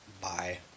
Bye